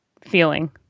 feeling